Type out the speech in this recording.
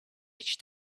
each